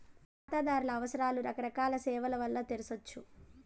కాతాదార్ల అవసరాలు రకరకాల సేవల్ల వల్ల తెర్సొచ్చు